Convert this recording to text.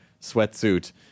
sweatsuit